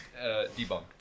debunked